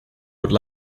would